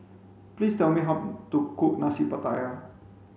please tell me how to cook nasi pattaya